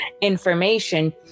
information